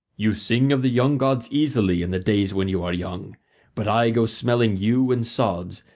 you sing of the young gods easily in the days when you are young but i go smelling yew and sods,